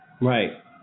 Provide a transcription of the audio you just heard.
Right